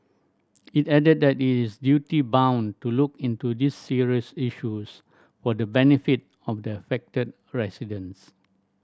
it added that it is duty bound to look into these serious issues for the benefit of the affected residents